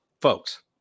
folks